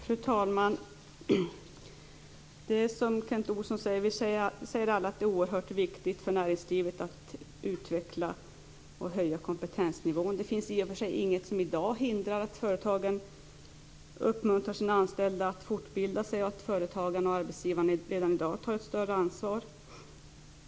Fru talman! Det är som Kent Olsson säger, att vi alla säger att det är oerhört viktigt för näringslivet att utveckla och höja kompetensnivån. Det finns i och för sig inget som i dag hindrar att företagen uppmuntrar sina anställda att fortbilda sig och att företagen och arbetsgivarna tar ett större ansvar.